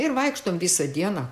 ir vaikštom visą dieną